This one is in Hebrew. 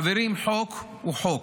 חברים, חוק הוא חוק,